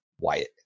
Wyatt